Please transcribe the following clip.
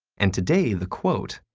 and today, the quote,